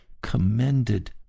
commended